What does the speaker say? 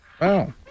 Wow